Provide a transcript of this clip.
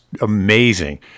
amazing